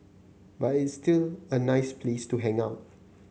but it's still a nice place to hang out